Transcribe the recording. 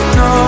no